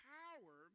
power